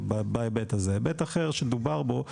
היבט אחר שדובר בו הוא